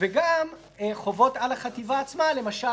ואחר כך כמובן הדברים יעלו בצורה יותר פרטנית ביחס לכל סעיף וסעיף,